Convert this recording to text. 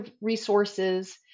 resources